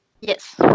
Yes